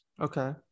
Okay